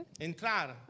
Entrar